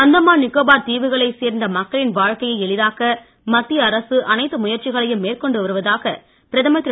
அந்தமான் நிக்கோபார் தீவுகளை சேர்ந்த மக்களின் வாழ்க்கையை எளிதாக்க மத்திய அரசு அனைத்து முயற்சிகளையும் மேற்கொண்டு வருவதாக பிரதமர் திரு